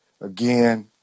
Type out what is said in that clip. again